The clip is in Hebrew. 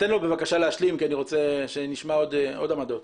תן לו בבקשה להשלים כי אני רוצה שנשמע עוד עמדות.